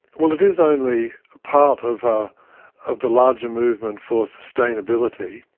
well, it is only part of ah of the larger movement for sustainability.